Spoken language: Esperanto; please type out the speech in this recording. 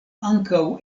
ankaŭ